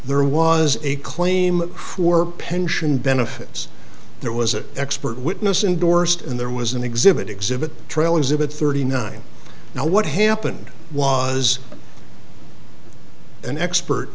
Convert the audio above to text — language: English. there was a claim for pension benefits there was an expert witness indorsed and there was an exhibit exhibit trail exhibit thirty nine now what happened was an expert